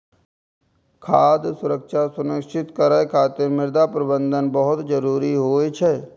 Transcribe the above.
खाद्य सुरक्षा सुनिश्चित करै खातिर मृदा प्रबंधन बहुत जरूरी होइ छै